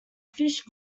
fish